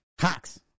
Hawks